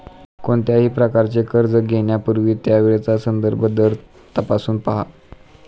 कोणत्याही प्रकारचे कर्ज घेण्यापूर्वी त्यावेळचा संदर्भ दर तपासून पहा